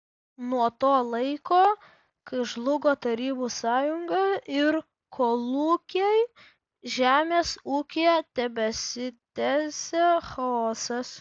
nuo to laiko kai žlugo tarybų sąjunga ir kolūkiai žemės ūkyje tebesitęsia chaosas